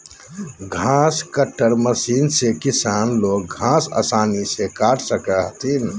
घास cutter machine से किसान लोग घास आसानी से काट सको हथिन